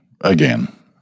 again